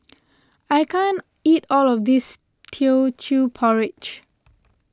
I can't eat all of this Teochew Porridge